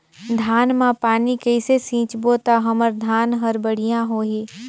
धान मा पानी कइसे सिंचबो ता हमर धन हर बढ़िया होही?